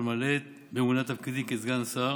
למלא באמונה את תפקידי כסגן שר